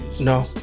No